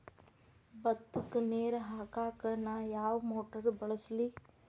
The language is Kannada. ಭತ್ತಕ್ಕ ನೇರ ಹಾಕಾಕ್ ನಾ ಯಾವ್ ಮೋಟರ್ ಬಳಸ್ಲಿ?